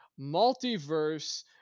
Multiverse